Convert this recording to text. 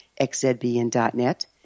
xzbn.net